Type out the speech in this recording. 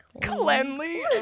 cleanly